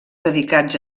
dedicats